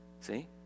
See